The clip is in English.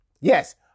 Yes